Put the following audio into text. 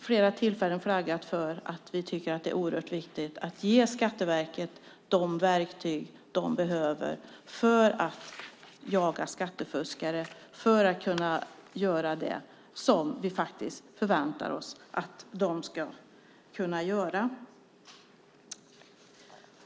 flera tillfällen flaggat för att vi tycker att är oerhört viktigt att ge Skatteverket de verktyg det behöver för att kunna jaga skattefuskare och göra det som vi förväntar oss att det ska kunna göra.